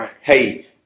Hey